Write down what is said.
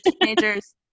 teenagers